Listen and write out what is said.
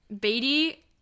Beatty